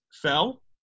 fell